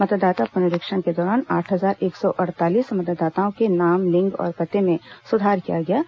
मतदाता पुनरीक्षण के दौरान आठ हजार एक सौ अड़तालीस मतदाताओं के नाम लिंग और पते में सुधार किया गया है